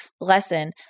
lesson